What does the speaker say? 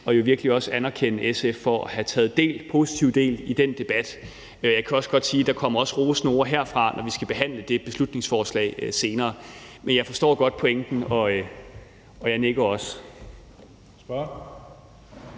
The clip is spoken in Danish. jeg vil virkelig også anerkende SF for at have taget positiv del i den debat. Jeg kan også godt sige, at der også kommer rosende ord herfra, når vi skal behandle det beslutningsforslag senere. Men jeg forstår godt pointen, og jeg nikker også.